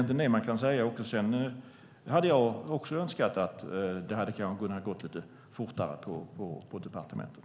Sedan kan jag också önska att det hade kunnat gå lite fortare på departementet.